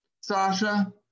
Sasha